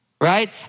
right